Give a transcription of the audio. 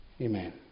Amen